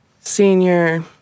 senior